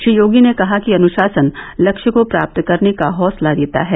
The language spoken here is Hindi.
श्री योगी ने कहा कि अनुशासन लक्ष्य को प्राप्त करने का हौसला देता है